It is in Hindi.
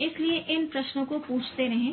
इसलिए इन प्रश्नों को पूछते रहें